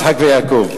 יצחק ויעקב.